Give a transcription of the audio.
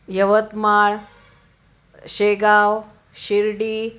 Yavatmal Shegaon Shirdi